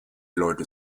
leute